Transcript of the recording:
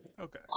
Okay